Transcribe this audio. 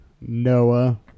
Noah